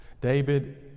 David